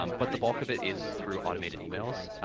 um but the bulk of it is through automated emails.